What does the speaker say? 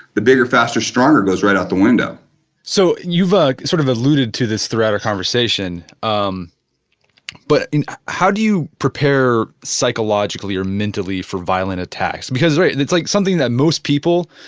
the bigger, faster, stronger goes right out the window so you've ah sort of alluded to this throughout our conversation. um but how do you prepare psychologically or mentally for violent attacks, because right and it's like something that most people,